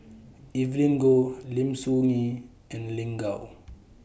Evelyn Goh Lim Soo Ngee and Lin Gao